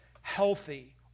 healthy